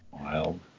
wild